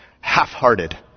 half-hearted